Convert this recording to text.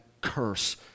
curse